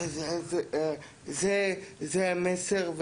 זה המסר.